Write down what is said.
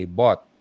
bought